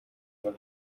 man